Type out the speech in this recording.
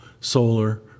solar